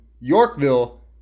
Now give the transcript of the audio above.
Yorkville